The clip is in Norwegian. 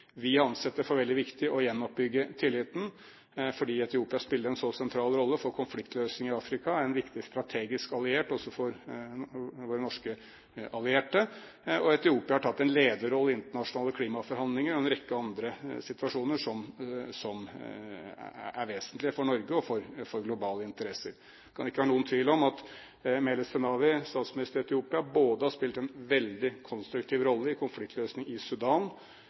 Vi har ansett det for veldig viktig å gjenoppbygge tilliten, fordi Etiopia spiller en så sentral rolle for konfliktløsning i Afrika og er en viktig strategisk alliert også for Norges allierte. Etiopia har tatt en lederrolle i internasjonale klimaforhandlinger og i en rekke andre situasjoner som er vesentlige for Norge og for globale interesser. Det kan ikke være noen tvil om at statsministeren i Etiopia, Meles Zenawi, har spilt en veldig konstruktiv rolle i konfliktløsning i Sudan.